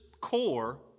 core